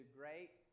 great